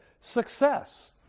success